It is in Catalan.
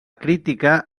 crítica